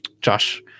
Josh